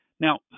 Now